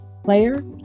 player